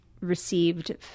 received